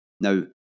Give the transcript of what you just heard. now